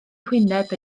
hwyneb